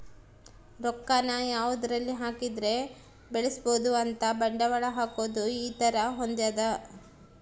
ರೊಕ್ಕ ನ ಯಾವದರಲ್ಲಿ ಹಾಕಿದರೆ ಬೆಳ್ಸ್ಬೊದು ಅಂತ ಬಂಡವಾಳ ಹಾಕೋದು ಈ ತರ ಹೊಂದ್ಯದ